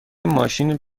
ماشین